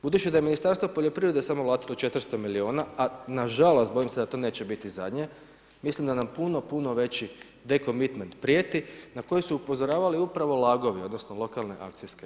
Budući da je Ministarstvo poljoprivrede samo … milijuna, a na žalost bojim se da to neće biti zadnje, mislim da nam puno, puno veći decommitment prijeti na koji su upozoravali upravo LAG-ovi, odnosno lokalne akcijske grupe.